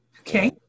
Okay